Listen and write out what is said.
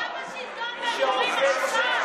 אתה בשלטון והם יורים עכשיו,